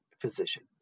physician